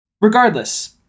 Regardless